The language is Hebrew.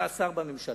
אתה שר בממשלה,